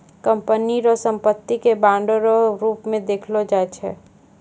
company रो संपत्ति के बांडो रो रूप मे देखलो जाय छै